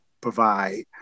provide